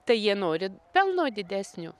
tai jie nori pelno didesnio